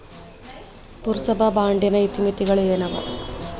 ಪುರಸಭಾ ಬಾಂಡಿನ ಇತಿಮಿತಿಗಳು ಏನವ?